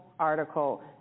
article